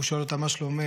הוא שואל אותה: מה שלומך?